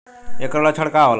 ऐकर लक्षण का होला?